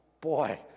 Boy